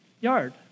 yard